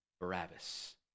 Barabbas